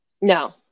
No